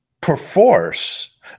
perforce